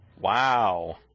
Wow